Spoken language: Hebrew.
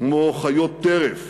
כמו חיות טרף